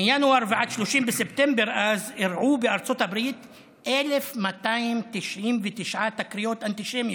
מינואר ועד 30 בספטמבר אז אירעו בארצות הברית 1,299 תקריות אנטישמיות,